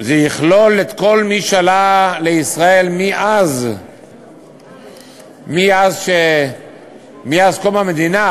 שזה יכלול את כל מי שעלה לישראל מאז קום המדינה,